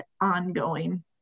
ongoing